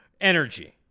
energy